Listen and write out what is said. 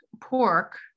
pork